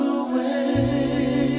away